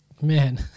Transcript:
Man